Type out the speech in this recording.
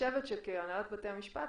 חושבת שכהנהלת בתי המשפט